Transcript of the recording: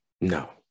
No